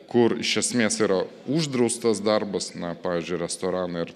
kur iš esmės yra uždraustas darbas na pavyzdžiui restoranai ir